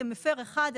כמפר אחד,